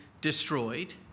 destroyed